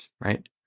right